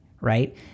right